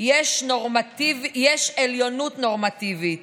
יש עליונות נורמטיבית